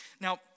Now